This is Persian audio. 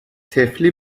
طفلی